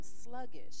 sluggish